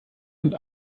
und